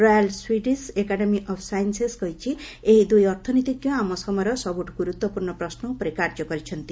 royal Swedish Academy of Sciences କହିଛି ଏହି ଦୂଇ ଅର୍ଥନୀତିଜ୍ଞ ଆମ ସମୟର ସବୁଠୁ ଗୁରୁତ୍ୱପୂର୍ଣ୍ଣ ପ୍ରଶ୍ନ ଉପରେ କାର୍ଯ୍ୟ କରିଛନ୍ତି